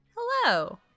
Hello